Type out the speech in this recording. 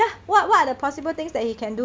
ya what what are the possible things that he can do